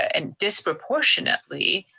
and disproportionately,